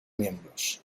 miembros